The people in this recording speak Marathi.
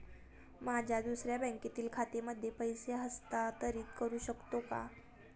माझ्या दुसऱ्या बँकेतील खात्यामध्ये पैसे हस्तांतरित करू शकतो का?